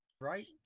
Right